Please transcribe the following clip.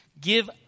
Give